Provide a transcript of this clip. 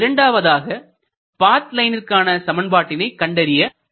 இரண்டாவதாக பாத் லைனிற்கான சமன்பாட்டினை கண்டறிய வேண்டும்